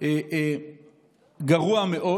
גרוע מאוד.